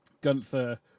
Gunther